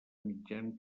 mitjan